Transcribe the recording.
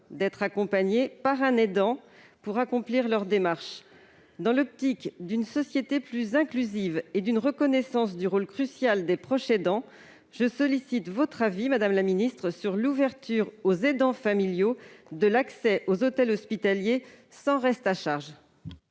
d'être accompagnés par un aidant pour accomplir leurs démarches. Dans la perspective d'une société plus inclusive et d'une reconnaissance du rôle crucial des proches aidants, je sollicite votre avis, madame la ministre, sur l'ouverture aux aidants familiaux de l'accès aux hôtels hospitaliers sans reste à charge.